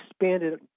expanded